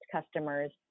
customers